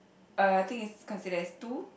uh I think it's considered as two